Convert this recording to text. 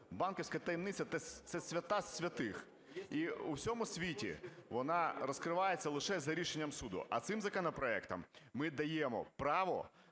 Банківська таємниця – це свята з святих, і в усьому світі вона розкривається лише з рішенням суду. А цим законопроектом ми даємо право